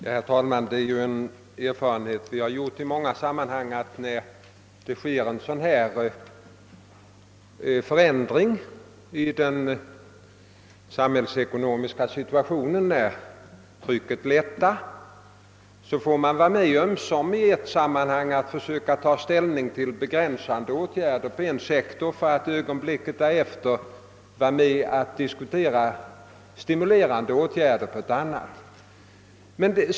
Herr talman! Det är en erfarenhet vihar gjort i många sammanhang att man, när trycket lättar i den samhällsekonomiska situationen, får vara med om att i det ena ögonblicket ta ställning till begränsande åtgärder på en sektor för att ögonblicket därefter diskutera stimulerande åtgärder på en annan.